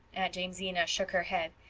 aunt jamesina shook her head.